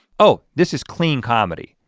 oh, this is clean comedy,